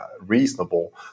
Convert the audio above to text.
reasonable